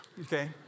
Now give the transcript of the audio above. Okay